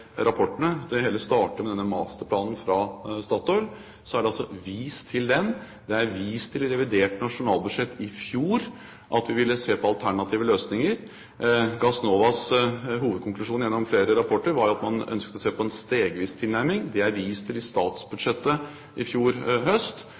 rapportene: Det hele startet med denne masterplanen fra Statoil. Så er det altså vist til den, det er vist til i revidert nasjonalbudsjett i fjor at vi ville se på alternative løsninger. Gassnovas hovedkonklusjon gjennom flere rapporter var jo at man ønsket å se på en stegvis tilnærming. Det er det vist til i